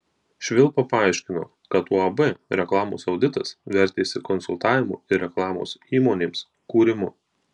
švilpa paaiškino kad uab reklamos auditas vertėsi konsultavimu ir reklamos įmonėms kūrimu